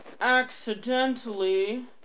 accidentally